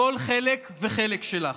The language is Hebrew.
כל חלק וחלק שלך.